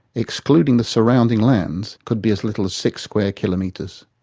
excluding the surrounding lands, could be as little as six square kilometres.